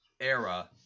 era